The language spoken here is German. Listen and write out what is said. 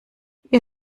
ihr